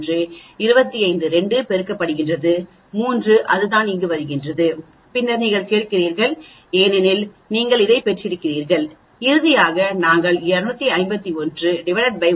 03 25 2 பெருக்கப்படுகிறது 3 அதுதான் இங்கு வருகிறது பின்னர் நீங்கள் சேர்க்கிறீர்கள் ஏனெனில் நீங்கள் இதைப் பெற்றீர்கள் இறுதியாக நாங்கள் 251 ÷ 1